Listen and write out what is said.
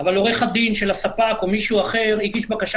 אבל עורך הדין של הספק או מישהו אחר הגיש בקשה